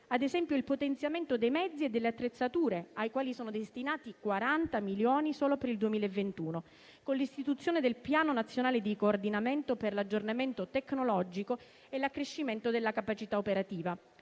ad esempio il potenziamento dei mezzi e delle attrezzature, ai quali sono destinati 40 milioni solo per il 2021, con l'istituzione del Piano nazionale di coordinamento per l'aggiornamento tecnologico e l'accrescimento della capacità operativa